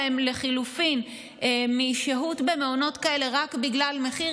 ולחלופין מניעה שלהם משהות במעונות כאלה רק בגלל מחיר,